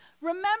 Remember